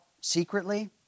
secretly